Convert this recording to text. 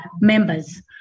members